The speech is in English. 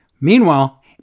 Meanwhile